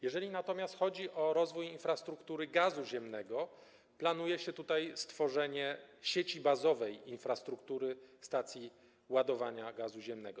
Jeżeli natomiast chodzi o rozwój infrastruktury gazu ziemnego, planuje się stworzenie sieci bazowej infrastruktury stacji ładowania gazu ziemnego.